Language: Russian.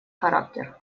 характер